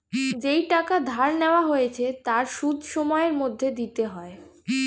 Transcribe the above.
যেই টাকা ধার নেওয়া হয়েছে তার সুদ সময়ের মধ্যে দিতে হয়